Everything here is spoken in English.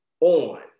on